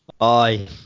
Aye